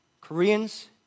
Koreans